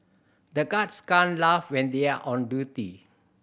the guards can't laugh when they are on duty